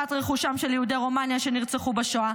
רכושם של יהודי רומניה שנרצחו בשואה,